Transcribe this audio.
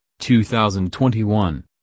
2021